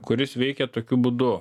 kuris veikia tokiu būdu